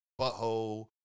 butthole